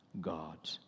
God